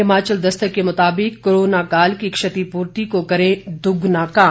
हिमाचल दस्तक के मुताबिक कोरोनाकाल की क्षतिपूर्ति को करें दोगुना काम